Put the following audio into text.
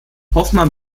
hoffmann